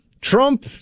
Trump